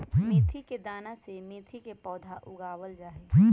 मेथी के दाना से मेथी के पौधा उगावल जाहई